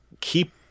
keep